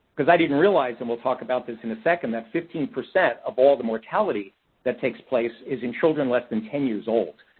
because i didn't realize-and we'll talk about this in a second-that fifteen percent of all the mortality that takes place is in children less than ten years old.